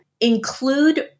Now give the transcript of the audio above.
include